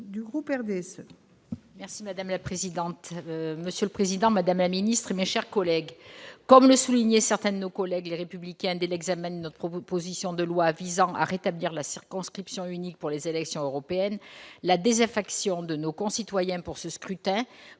Madame la présidente, madame la garde des sceaux, mes chers collègues, comme le soulignaient certains de nos collègues du groupe Les Républicains dès l'examen de notre proposition de loi visant à rétablir la circonscription unique pour les élections européennes, la désaffection de nos concitoyens pour ce scrutin